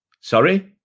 Sorry